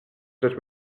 that